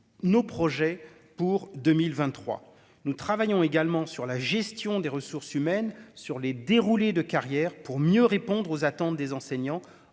nos projets pour 2023, nous travaillons également sur la gestion des ressources humaines sur les déroulé de carrière pour mieux répondre aux attentes des enseignants,